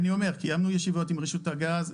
קיימנו ישיבות עם רשות הגז.